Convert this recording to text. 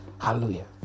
Hallelujah